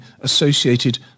associated